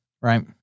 Right